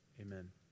Amen